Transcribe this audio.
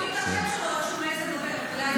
מר פורת.